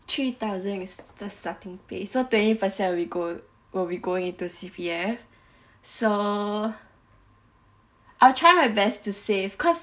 three thousand is the starting pay so twenty percent will go will be going into C_P_F so I'll try my best to save cause